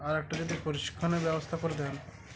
আর একটা যদি প্রশিক্ষণের ব্যবস্থা করে দেন